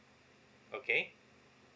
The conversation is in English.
okay